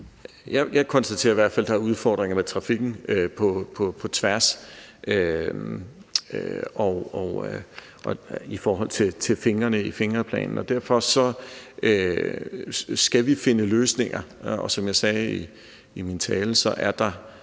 Jeg konstaterer i hvert fald, der er udfordringer med trafikken på tværs i forhold til fingrene i Fingerplanen, og derfor skal vi finde løsninger, og som jeg sagde i min tale, er der